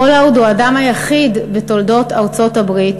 פולארד הוא האדם היחיד בתולדות ארצות-הברית